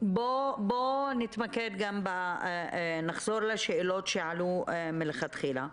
בוא נתמקד, נחזור לשאלות שעלו מלכתחילה.